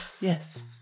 Yes